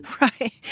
Right